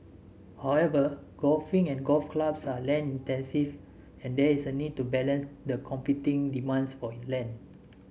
however golfing and golf clubs are land intensive and there is a need to balance the competing demands for land